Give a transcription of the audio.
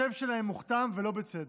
השם שלהם מוכתם, ולא בצדק.